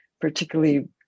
particularly